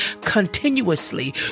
continuously